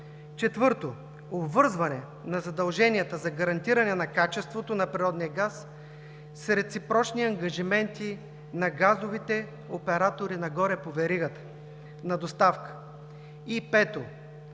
Четвърто, обвързване на задълженията за гарантиране на качеството на природния газ с реципрочни ангажименти на газовите оператори нагоре по веригата на доставка.